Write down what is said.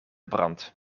brand